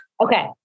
Okay